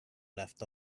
left